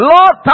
Lord